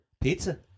Pizza